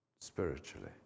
spiritually